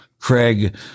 craig